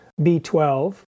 B12